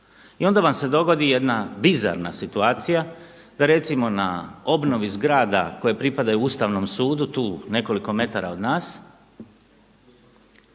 I onda vam se dogodi jedna bizarna situacija, da recimo na obnovi zgrada koje pripadaju Ustavnom sudu tu nekoliko metara od nas